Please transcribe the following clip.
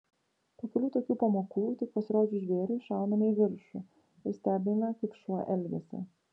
po kelių tokių pamokų tik pasirodžius žvėriui šauname į viršų ir stebime kaip šuo elgiasi